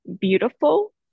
beautiful